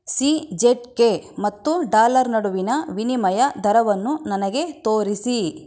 C Z K ಮತ್ತು dollar ನಡುವಿನ ವಿನಿಮಯ ದರವನ್ನು ನನಗೆ ತೋರಿಸಿ